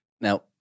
Now